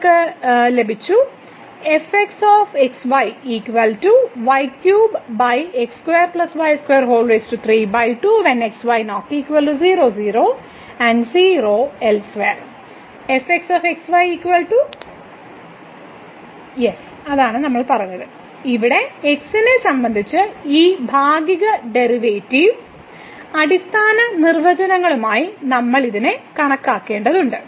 നമ്മൾക്ക് ലഭിച്ചു ഇവിടെ x നെ സംബന്ധിച്ച് ഈ ഭാഗിക ഡെറിവേറ്റീവ് അടിസ്ഥാന നിർവചനങ്ങളുമായി നമ്മൾ ഇത് കണക്കാക്കേണ്ടതുണ്ട്